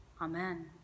Amen